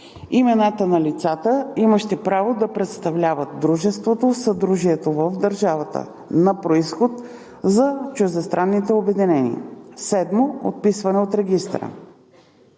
имената на лицата, имащи право да представляват дружеството/съдружието в държавата на произход – за чуждестранните обединения; 7. отписването от регистъра.